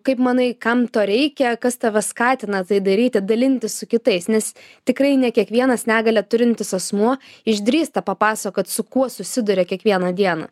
kaip manai kam to reikia kas tave skatina tai daryti dalintis su kitais nes tikrai ne kiekvienas negalią turintis asmuo išdrįsta papasakot su kuo susiduria kiekvieną dieną